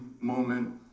moment